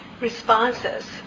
responses